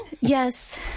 Yes